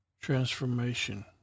transformation